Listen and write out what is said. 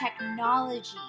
technology